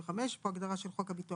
התשט״ו-1955; יש פה הגדרה של "חוק הביטוח